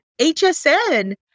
HSN